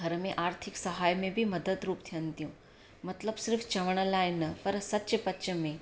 घर में आर्थिक सहाय में बि मदद रूपु थियनि थियूं मतलबु सिर्फ़ु चवण लाइ न पर सचपच में